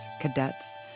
cadets